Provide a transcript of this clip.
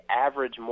average